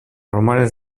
rumores